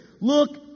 Look